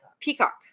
Peacock